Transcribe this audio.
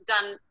done